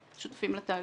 שותפים לתהליך.